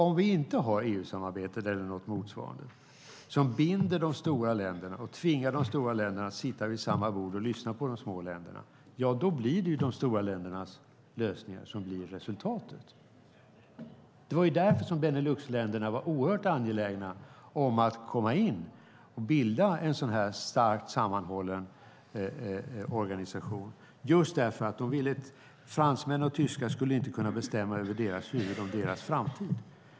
Om vi inte har EU-samarbetet eller något motsvarande som binder de stora länderna och tvingar de stora länderna att sitta vid samma bord som de små länderna och lyssna på dem, då blir det de stora ländernas lösningar som blir resultatet. Det var därför som Beneluxländerna var oerhört angelägna om att komma in och bilda en sådan här starkt sammanhållen organisation. Fransmän och tyskar skulle inte kunna bestämma över deras huvuden om deras framtid.